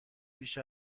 بیش